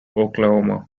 oklahoma